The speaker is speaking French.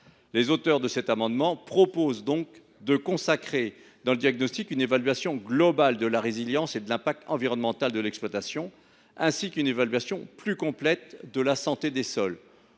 de l’exploitation. Nous proposons de prévoir, dans le diagnostic, une évaluation globale de la résilience et de l’impact environnemental de l’exploitation, ainsi qu’une évaluation plus complète de la santé des sols.